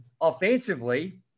offensively